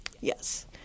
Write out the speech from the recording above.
Yes